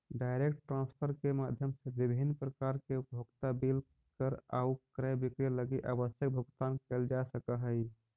direct transfer के माध्यम से विभिन्न प्रकार के उपभोक्ता बिल कर आउ क्रय विक्रय लगी आवश्यक भुगतान कैल जा सकऽ हइ